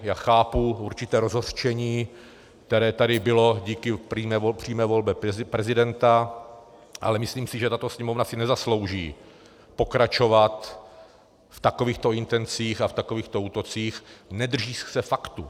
Já chápu určité rozhořčení, které tady bylo díky přímé volbě prezidenta, ale myslím si, že tato Sněmovna si nezaslouží pokračovat v takovýchto intencích a v takovýchto útocích, nedržíc se faktů.